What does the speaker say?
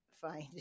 find